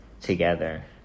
together